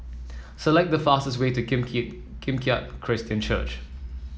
select the fastest way to Kim Keat Kim Keat Christian Church